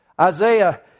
Isaiah